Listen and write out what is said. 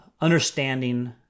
understanding